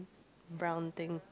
brown thing